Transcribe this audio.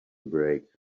break